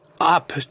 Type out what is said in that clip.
up